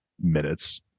minutes